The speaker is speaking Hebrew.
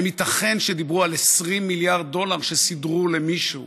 האם ייתכן שדיברו על 20 מיליארד דולר שסידרו למישהו?